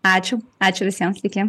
ačiū ačiū visiems iki